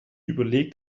überlegt